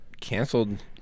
canceled